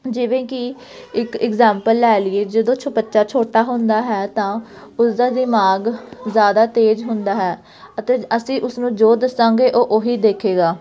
ਜਿਵੇਂ ਕਿ ਇੱਕ ਇਗਜ਼ਾਮਪਲ ਲੈ ਲਈਏ ਜਦੋਂ ਛ ਬੱਚਾ ਛੋਟਾ ਹੁੰਦਾ ਹੈ ਤਾਂ ਉਸਦਾ ਦਿਮਾਗ ਜ਼ਿਆਦਾ ਤੇਜ਼ ਹੁੰਦਾ ਹੈ ਅਤੇ ਅਸੀਂ ਉਸਨੂੰ ਜੋ ਦੱਸਾਂਗੇ ਉਹ ਉਹੀ ਦੇਖੇਗਾ